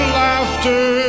laughter